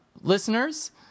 Listeners